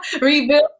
Rebuild